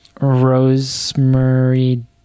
rosemary